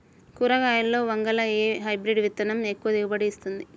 కూరగాయలలో వంగలో ఏ హైబ్రిడ్ విత్తనం ఎక్కువ దిగుబడిని ఇస్తుంది?